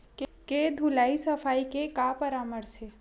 के धुलाई सफाई के का परामर्श हे?